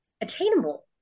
attainable